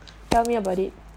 tell me about it